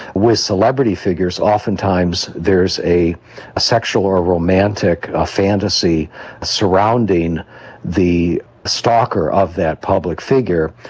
with celebrity figures oftentimes there's a sexual or a romantic ah fantasy surrounding the stalker of that public figure.